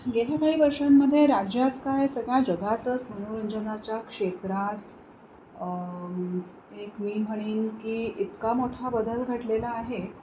गेल्या काही वर्षांमध्ये राज्यात काय सगळ्या जगातच मनोरंजनाच्या क्षेत्रात एक मी म्हणेन की इतका मोठा बदल घडलेला आहे